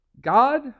God